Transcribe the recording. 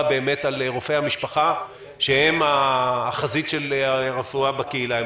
על רופאי המשפחה שהם החזית של הרפואה בקהילה.